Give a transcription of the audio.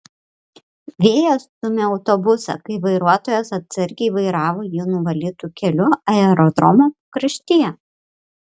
vėjas stūmė autobusą kai vairuotojas atsargiai vairavo jį nuvalytu keliu aerodromo pakraštyje